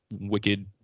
wicked